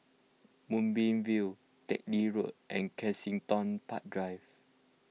Moonbeam View Teck Lim Road and Kensington Park Drive